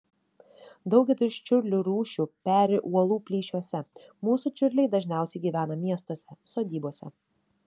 daugelis čiurlių rūšių peri uolų plyšiuose mūsų čiurliai dažniausiai gyvena miestuose sodybose